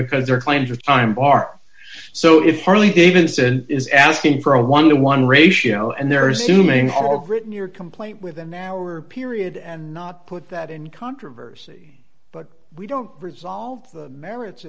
because their claims of time are so if harley davidson is asking for a one to one ratio and there is to me all written your complaint with an hour period and not put that in controversy but we don't resolve the merits